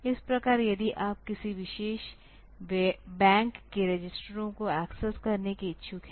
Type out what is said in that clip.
इस प्रकार यदि आप किसी विशेष बैंक के रजिस्टरों को एक्सेस करने के इच्छुक हैं